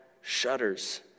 shudders